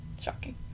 shocking